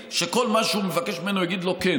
שכל מה שהוא מבקש ממנו הוא יגיד לו "כן".